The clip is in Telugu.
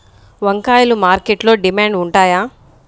వంకాయలు మార్కెట్లో డిమాండ్ ఉంటాయా?